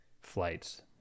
flights